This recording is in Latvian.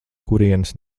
kurienes